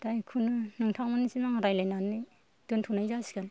दा बेखौनो नोंथांमोननिसिम आं रायलायनानै दोनथ'नाय जासिगोन